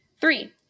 Three